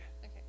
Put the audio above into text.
Okay